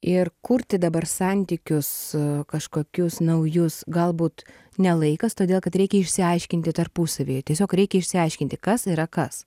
ir kurti dabar santykius kažkokius naujus galbūt ne laikas todėl kad reikia išsiaiškinti tarpusavyje tiesiog reikia išsiaiškinti kas yra kas